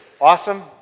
awesome